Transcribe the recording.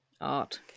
art